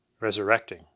resurrecting